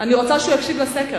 אני רוצה שהוא יקשיב לסקר.